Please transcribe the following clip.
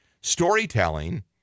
storytelling